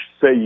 say